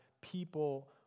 people